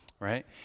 Right